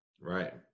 right